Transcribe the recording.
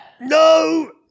No